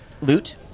Loot